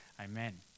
Amen